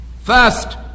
First